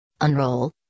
Unroll